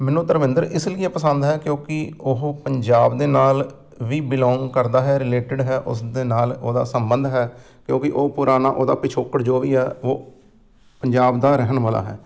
ਮੈਨੂੰ ਧਰਮਿੰਦਰ ਇਸ ਲਈ ਪਸੰਦ ਹੈ ਕਿਉਂਕਿ ਉਹ ਪੰਜਾਬ ਦੇ ਨਾਲ ਵੀ ਬਿਲੋਂਗ ਕਰਦਾ ਹੈ ਰਿਲੇਟਿਡ ਹੈ ਉਸ ਦੇ ਨਾਲ ਉਹਦਾ ਸੰਬੰਧ ਹੈ ਕਿਉਂਕਿ ਉਹ ਪੁਰਾਣਾ ਉਹਦਾ ਪਿਛੋਕੜ ਜੋ ਵੀ ਆ ਉਹ ਪੰਜਾਬ ਦਾ ਰਹਿਣ ਵਾਲਾ ਹੈ